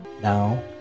Now